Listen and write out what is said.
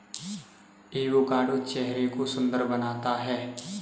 avocado चेहरे को सुंदर बनाता है